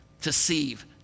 deceive